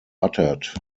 uttered